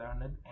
learned